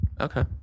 Okay